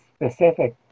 specific